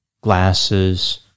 glasses